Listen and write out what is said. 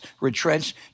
retrench